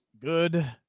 Good